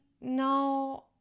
no